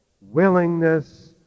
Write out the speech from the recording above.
willingness